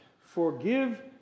forgive